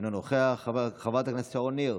אינו נוכח, חברת הכנסת שרון ניר,